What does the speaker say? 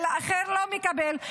מקבל, אחר לא מקבל.